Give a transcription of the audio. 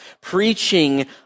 preaching